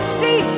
see